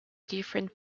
different